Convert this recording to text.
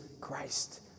Christ